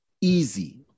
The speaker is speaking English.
easy